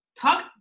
talk